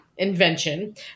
invention